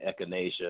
echinacea